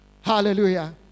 Hallelujah